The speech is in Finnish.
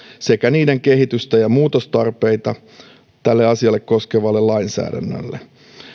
sekä niiden kehitystä ja muutostarpeita tätä asiaa koskevalle lainsäädännölle